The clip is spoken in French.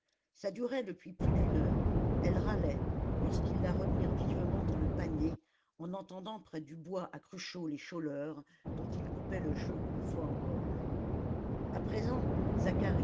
ça durait depuis plus d'une heure elle râlait lorsqu'ils la remirent vivement dans le panier en entendant près du bois à cruchot les choleurs dont ils coupaient le jeu une fois encore a présent